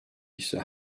ise